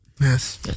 Yes